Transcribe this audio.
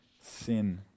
sin